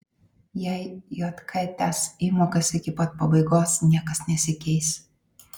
jei jk tęs įmokas iki pat pabaigos niekas nesikeis